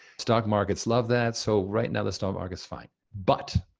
stock markets love that, so right now, the stock market's fine. but,